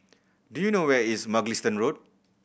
do you know where is Mugliston Road